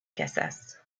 casas